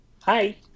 Hi